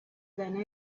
than